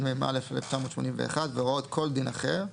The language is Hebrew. התשמ"א-1981 והראות כל דין אחר,